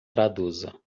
traduza